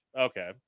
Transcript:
Okay